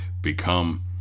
become